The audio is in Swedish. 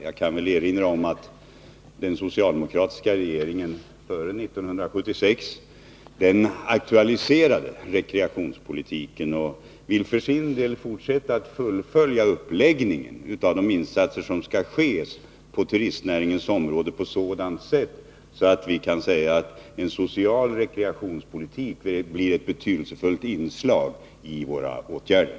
Jag kan erinra om att den socialdemokratiska regeringen före 1976 aktualiserade rekreationspolitiken, och den nuvarande regeringen vill fortsätta att följa uppläggningen av de insatser som skall ske på turistnäringens område på sådant sätt att en social rekreationspolitik blir ett betydelsefullt inslag i våra åtgärder.